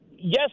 Yes